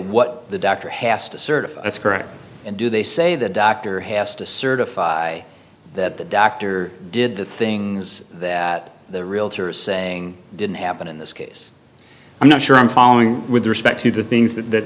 what the doctor has to certify that's correct and do they say the doctor has to certify that the doctor did the things that the real terrorists saying didn't happen in this case i'm not sure i'm following with respect to the things that